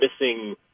missing